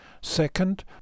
Second